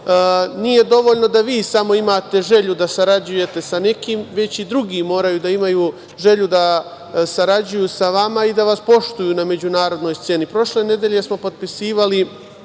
nije dovoljno da vi samo imate želju da sarađujete sa nekim, već i drugi moraju da imaju želju da sarađuju sa vama i da vas poštuju na međunarodnoj sceni. Prošle nedelje smo potpisivali